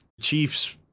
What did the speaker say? Chiefs